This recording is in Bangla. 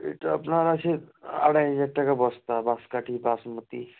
এটা আপনার আছে আড়াই হাজার টাকা বস্তা বাঁশকাঠি বাসমতি